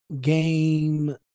game